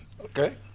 Okay